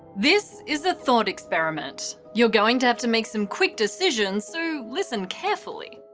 this is a thought experiment. you're going to have to make some quick decisions, so listen carefully.